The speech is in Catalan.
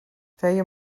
feia